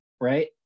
right